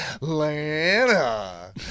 Lana